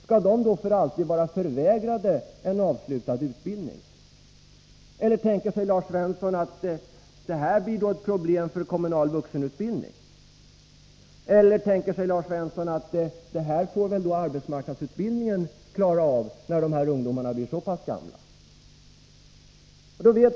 Skall de för alltid vara förvägrade en avslutad utbildning? Eller tänker sig Lars Svensson att detta får bli ett problem för den kommunala vuxenutbildningen? Eller tänker sig Lars Svensson att arbetsmarknadsutbildningen skall klara av detta när dessa ungdomar blir så pass gamla?